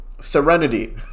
Serenity